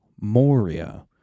Moria